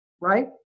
right